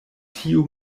tiu